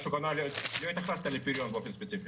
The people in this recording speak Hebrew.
לא התייחסת לפריון באופן ספציפי.